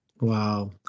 Wow